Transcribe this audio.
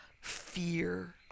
fear